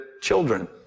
children